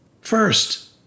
First